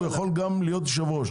יכול להיות גם יושב-ראש,